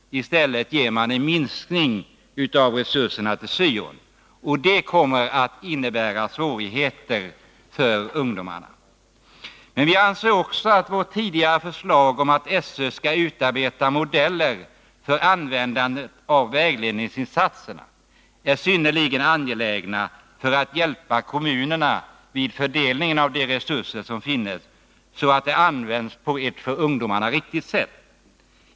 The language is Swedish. I stället blir det en minskning av resurserna till syon. Det kommer att innebära svårigheter för ungdomarna. Vi anser vidare att vårt tidigare förslag om att SÖ skall utarbeta modeller för vägledningsinsatserna är synnerligen angeläget när det gäller att hjälpa kommunerna vid fördelningen av de resurser som finns. Det gäller att använda dessa på ett för ungdomarna riktigt sätt.